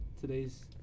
today's